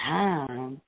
time